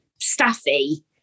staffy